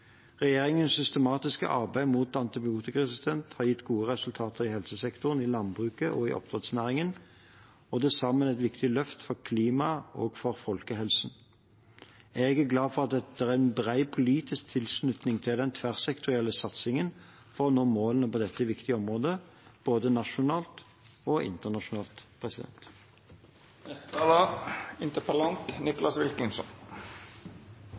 Regjeringens systematiske arbeid mot antibiotikaresistens har gitt gode resultater i helsesektoren, i landbruket og i oppdrettsnæringen og til sammen et viktig løft for klimaet og for folkehelsen. Jeg er glad for at det er bred politisk tilslutning til den tverrsektorielle satsingen for å nå målene på dette viktige området, både nasjonalt og internasjonalt.